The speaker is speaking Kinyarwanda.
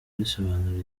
risobanura